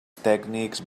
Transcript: tècnics